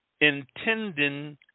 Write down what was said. intending